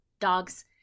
dogs